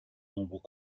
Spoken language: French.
nombre